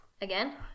again